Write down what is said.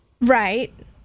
Right